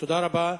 תודה רבה.